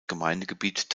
gemeindegebiet